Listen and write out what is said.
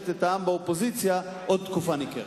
את העם באופוזיציה עוד תקופה ניכרת.